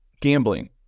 gambling